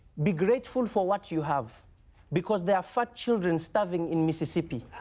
be grateful for what you have because there are fat children starving in mississippi.